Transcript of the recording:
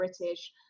British